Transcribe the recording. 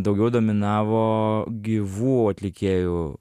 daugiau dominavo gyvų atlikėjų